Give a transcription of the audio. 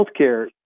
healthcare